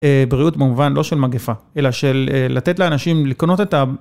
בראות במובן, לא של מגפה, אלא של לתת לאנשים לקנות את ה...